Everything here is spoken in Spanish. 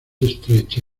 estrecha